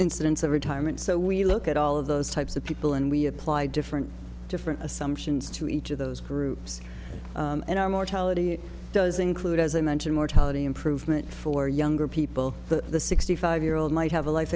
incidence of retirement so we look at all of those types of people and we apply different different assumptions to each of those groups and our mortality does include as i mentioned mortality improvement for younger people the sixty five year old might have a life